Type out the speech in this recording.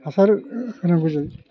हासार होनांगौ जायो